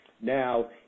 now